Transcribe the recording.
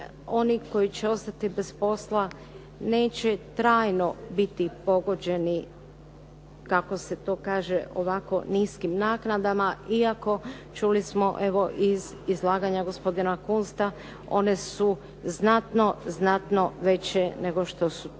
oni koji će ostati bez posla neće trajno biti pogođeni kako se to kaže ovako niskim naknadama, iako čuli smo evo iz izlaganja gospodina Kunsta, one su znatno, znatno veće nego što su